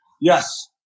Yes